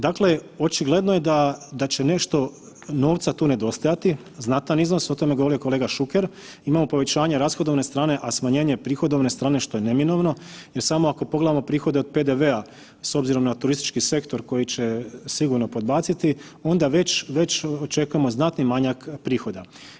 Dakle, očigledno je da će nešto novca tu nedostajati, znatan iznos, o tome je govorio kolega Šuker, no povećanje rashodovne strane, a smanjenje prihodovne strane što je neminovno jer samo pogledamo prihode od PDV-a s obzirom na turistički sektor koji će sigurno podbaciti onda već očekujemo znatni manjak prihoda.